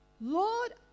Lord